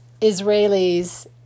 Israelis